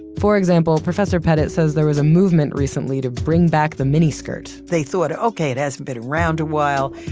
for example, professor petit says there was a movement recently to bring back the miniskirt. they thought, okay, it hasn't been around a while,